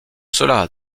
cela